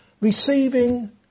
receiving